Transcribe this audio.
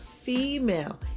female